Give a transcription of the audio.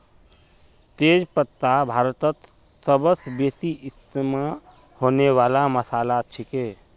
तेज पत्ता भारतत सबस बेसी इस्तमा होने वाला मसालात छिके